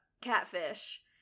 catfish